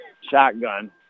Shotgun